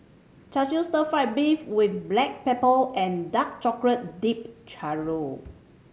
Char Siu stir fried beef with black pepper and dark chocolate dip churro